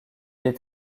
est